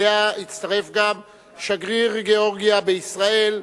אליה הצטרף גם שגריר גאורגיה בישראל,